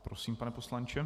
Prosím, pane poslanče.